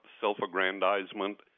self-aggrandizement